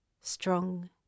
strong